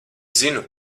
zinu